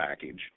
package